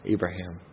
Abraham